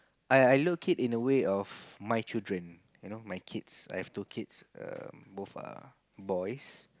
I I look it in the way of my children you know my kids I have two kids um both are boys